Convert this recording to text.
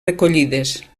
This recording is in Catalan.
recollides